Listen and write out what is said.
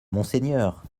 monseigneur